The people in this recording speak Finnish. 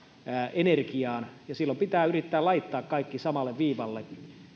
energiaan ja silloin pitää yrittää laittaa kaikki samalle viivalle